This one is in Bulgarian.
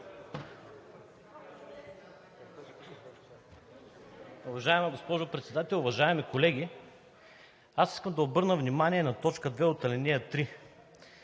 Уважаема госпожо Председател, уважаеми колеги! Аз искам да обърна внимание на т. 2 от ал. 3,